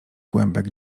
kłębek